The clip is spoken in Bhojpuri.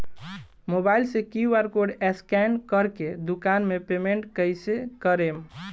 मोबाइल से क्यू.आर कोड स्कैन कर के दुकान मे पेमेंट कईसे करेम?